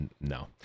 No